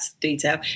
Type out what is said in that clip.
detail